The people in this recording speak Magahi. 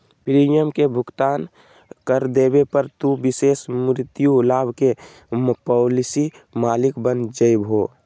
प्रीमियम के भुगतान कर देवे पर, तू विशेष मृत्यु लाभ के पॉलिसी मालिक बन जैभो